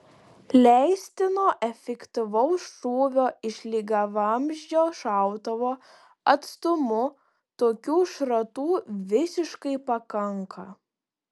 leistino efektyvaus šūvio iš lygiavamzdžio šautuvo atstumu tokių šratų visiškai pakanka